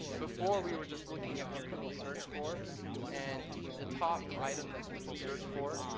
before we were just looking at what people searched for and the top item that people searched for,